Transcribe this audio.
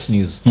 News